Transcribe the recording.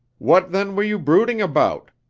what, then, were you brooding about?